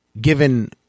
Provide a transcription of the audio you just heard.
given